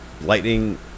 lightning